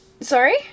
Sorry